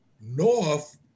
north